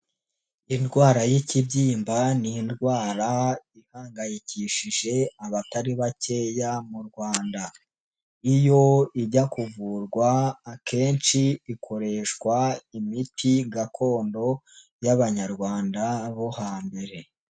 Indwara y'ikibyimba ni indwara ihangayikishije abatari bakeya mu Rwanda, iyo ijya kuvurwa akenshi ikoreshwa imiti gakondo y'Abanyarwanda bo hambere.